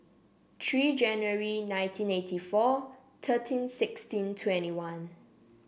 three January nineteen eighty four thirteen sixteen twenty one